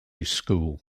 school